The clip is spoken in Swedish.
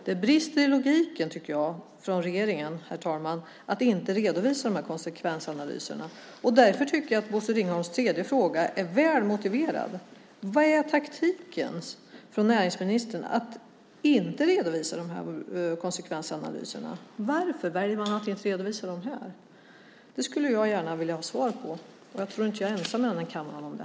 Jag tycker, herr talman, att det brister i logiken från regeringens sida när det gäller att inte redovisa de här konsekvensanalyserna. Därför tycker jag att Bosse Ringholms tredje fråga är väl motiverad. Vilken är alltså taktiken från näringsministern med att inte redovisa de här konsekvensanalyserna - varför väljer man att inte redovisa dem här? Den frågan skulle jag gärna vilja ha ett svar på. Jag tror inte att jag är ensam i denna kammare om det.